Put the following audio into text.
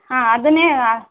ಹಾಂ ಅದನ್ನೇ